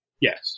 Yes